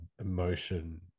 emotion